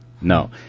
No